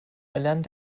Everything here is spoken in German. erlernen